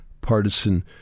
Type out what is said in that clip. partisan